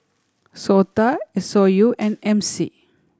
SOTA S O U and M C